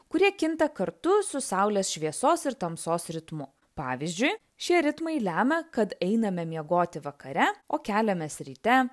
kurie kinta kartu su saulės šviesos ir tamsos ritmu pavyzdžiui šie ritmai lemia kad einame miegoti vakare o keliamės ryte